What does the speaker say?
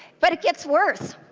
but it gets worse.